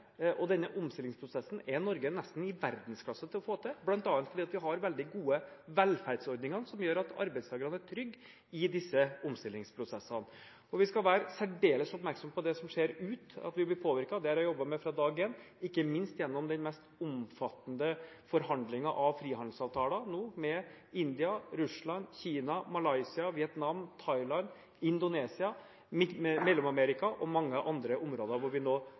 Denne omstillingsprosessen er Norge nesten i verdensklasse til å få til, bl.a. ved at vi har veldig gode velferdsordninger, som gjør at arbeidstakerne er trygge i omstillingsprosesser. Vi skal være særdeles oppmerksomme på det som skjer ute, på at vi blir påvirket. Det har jeg jobbet med fra dag én, ikke minst gjennom de mest omfattende forhandlinger om frihandelsavtaler med India, Russland, Kina, Malaysia, Vietnam, Thailand, Indonesia, Mellom-Amerika og mange andre områder, hvor vi nå